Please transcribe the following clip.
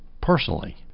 personally